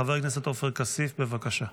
חבר הכנסת עופר כסיף, בבקשה.